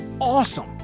awesome